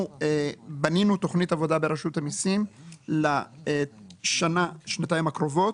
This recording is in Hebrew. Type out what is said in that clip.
אנחנו בנינו תוכנית עבודה ברשות המיסים לשנה-שנתיים הקרובות